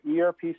ERP